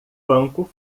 banco